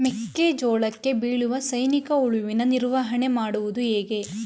ಮೆಕ್ಕೆ ಜೋಳಕ್ಕೆ ಬೀಳುವ ಸೈನಿಕ ಹುಳುವಿನ ನಿರ್ವಹಣೆ ಮಾಡುವುದು ಹೇಗೆ?